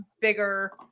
bigger